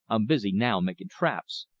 i'm busy now makin' traps,